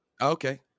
Okay